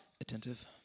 Attentive